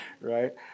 right